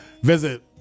Visit